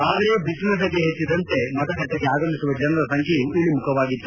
ಆದರೆ ಬಿಸಿಲ ಧಗೆ ಹೆಚ್ಚಿದಂತೆ ಮತಗಟ್ಟೆಗೆ ಆಗಮಿಸುವ ಜನರ ಸಂಖ್ಲೆಯೂ ಇಳಿಮುಖವಾಗಿತ್ತು